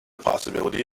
possibility